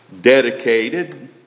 dedicated